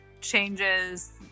changes